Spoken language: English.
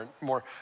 more